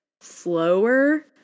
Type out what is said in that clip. slower